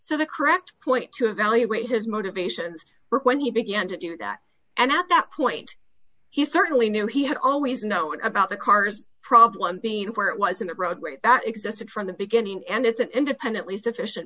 so the correct point to evaluate his motivations for when he began to do that and at that point he certainly knew he had always known about the cars problem being where it was in the roadway that existed from the beginning and it's an independently sufficient